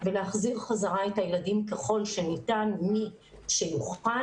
ולהחזיר בחזרה את הילדים ככל שניתן כך שמי שיוכל,